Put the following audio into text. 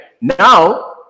Now